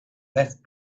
left